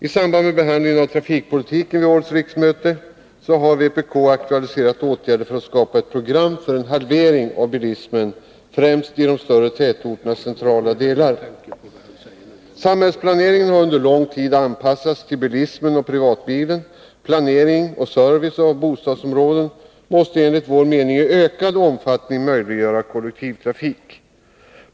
I samband med behandling av trafikpolitiken vid årets riksmöte har vpk aktualiserat åtgärder för att skapa ett program för en halvering av bilismen — främst i de större tätorternas centrala delar. Samhällsplaneringen har under lång tid anpassats till bilismen och privatbilen. Planering av service och bostadsområden måste enligt vår mening i ökad omfattning möjliggöra kollektivtrafik.